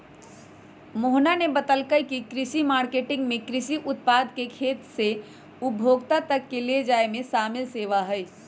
मोहना ने बतल कई की कृषि मार्केटिंग में कृषि उत्पाद के खेत से उपभोक्ता तक ले जाये में शामिल सेवा हई